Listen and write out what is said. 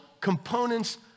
components